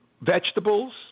Vegetables